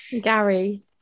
Gary